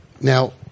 Now